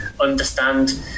understand